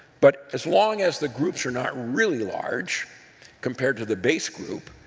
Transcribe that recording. but as long as the groups are not really large compared to the base group,